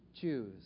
choose